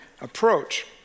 approach